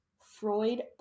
Freud